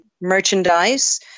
merchandise